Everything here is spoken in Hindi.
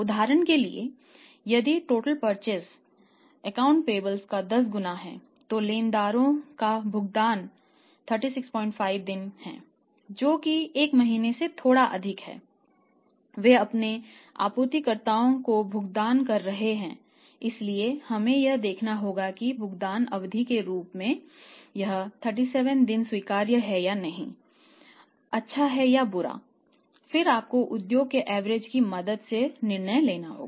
उदाहरण के लिए यदि टोटल परचेस की मदद से निर्णय लेना होगा